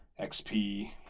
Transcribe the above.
XP